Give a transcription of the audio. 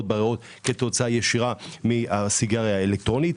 בריאות כתוצאה ישירה מהסיגריה האלקטרונית.